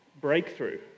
breakthrough